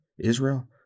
Israel